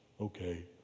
okay